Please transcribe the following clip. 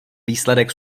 výsledek